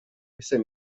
visiem